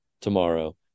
tomorrow